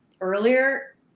earlier